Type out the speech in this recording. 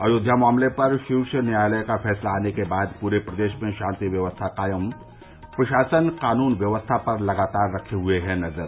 अयोध्या मामले पर शीर्ष न्यायालय का फैसला आने के बाद पूरे प्रदेश में शांति व्यवस्था कायम प्रशासन कानून व्यवस्था पर लगातार रखे हुए है नजर